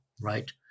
right